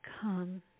come